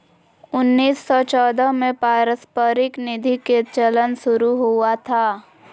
उन्नीस सौ चौदह में पारस्परिक निधि के चलन शुरू हुआ था